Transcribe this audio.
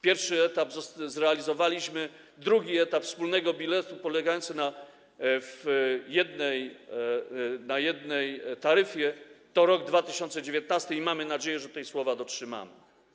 Pierwszy etap zrealizowaliśmy, drugi etap wspólnego biletu, polegający na jednej taryfie, będzie w roku 2019 i mamy nadzieję, że tutaj słowa dotrzymamy.